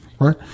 right